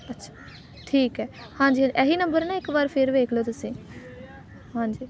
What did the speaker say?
ਅੱਛਾ ਠੀਕ ਹੈ ਹਾਂਜੀ ਹਾਂਜੀ ਇਹੀ ਨੰਬਰ ਨਾ ਇੱਕ ਵਾਰ ਫਿਰ ਵੇਖ ਲਉ ਤੁਸੀਂ ਹਾਂਜੀ